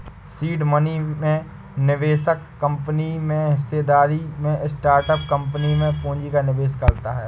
seed money में निवेशक company में हिस्सेदारी में स्टार्टअप कंपनी में पूंजी का निवेश करता है